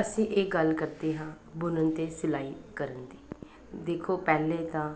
ਅਸੀਂ ਇਹ ਗੱਲ ਕਰਦੇ ਹਾਂ ਬੁਣਨ ਅਤੇ ਸਿਲਾਈ ਕਰਨ ਦੀ ਦੇਖੋ ਪਹਿਲੇ ਤਾਂ